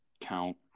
count